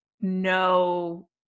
no